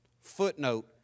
footnote